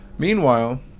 Meanwhile